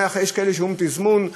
יש כאלה שאומרים שזה תזמון,